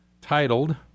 titled